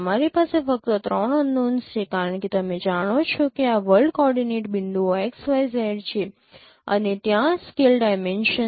તમારી પાસે ફક્ત 3 અનનોન્સ છે કારણ કે તમે જાણો છો કે આ વર્લ્ડ કોઓર્ડિનેટ બિંદુઓ x y z છે અને ત્યાં સ્કેલ ડાઇમેન્શન છે